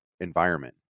environment